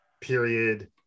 period